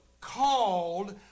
called